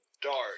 dart